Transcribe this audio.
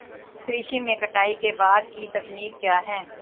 कृषि में कटाई के बाद की तकनीक क्या है?